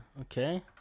Okay